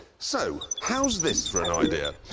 so, how's this for an idea?